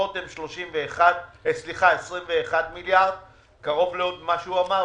היתרות הן 21 מיליארד שקלים, קרוב למה שהוא אמר.